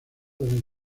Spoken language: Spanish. deben